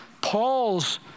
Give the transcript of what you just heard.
Paul's